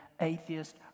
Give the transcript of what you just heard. Atheist